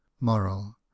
moral